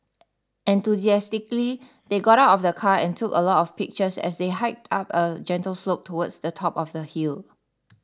enthusiastically they got out of the car and took a lot of pictures as they hiked up a gentle slope towards the top of the hill